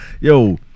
yo